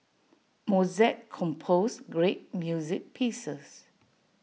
Mozart composed great music pieces